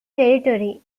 territory